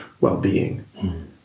well-being